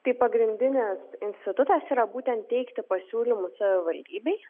tai pagrindinis institutas yra būtent teikti pasiūlymus savivaldybei